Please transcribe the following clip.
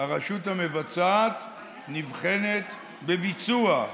הרשות המבצעת נבחנת בביצוע,